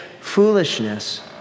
foolishness